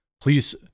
please